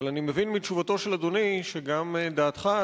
אבל אני מבין מתשובתו של אדוני שגם דעתך,